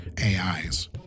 AIs